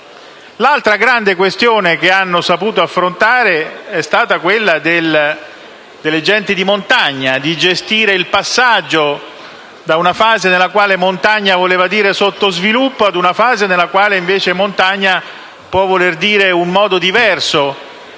L'altra grande questione che hanno saputo affrontare è stata quella delle genti di montagna. Hanno saputo cioè gestire il passaggio da una fase nella quale montagna voleva dire sottosviluppo ad una fase nella quale montagna può voler dire un modo diverso